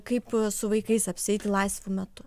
kaip su vaikais apsieiti laisvu metu